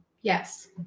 Yes